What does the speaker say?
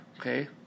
okay